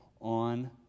on